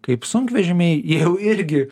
kaip sunkvežimiai jau irgi